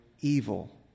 evil